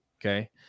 Okay